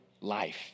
life